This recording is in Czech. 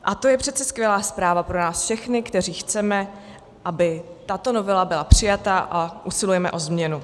A to je přece skvělá zpráva pro nás všechny, kteří chceme, aby tato novela byla přijata, a usilujeme o změnu.